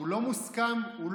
הוא לא מוסכם, אתה תצביע נגד החוק.